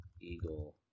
Eagle